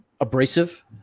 abrasive